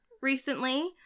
recently